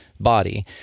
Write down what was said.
body